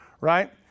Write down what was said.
right